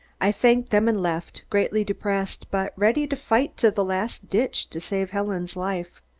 i thanked them and left, greatly depressed but ready to fight to the last ditch to save helen's life.